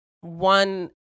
one